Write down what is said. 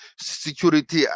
security